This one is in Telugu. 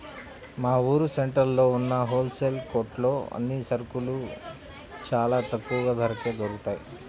మా ఊరు సెంటర్లో ఉన్న హోల్ సేల్ కొట్లో అన్ని సరుకులూ చానా తక్కువ ధరకే దొరుకుతయ్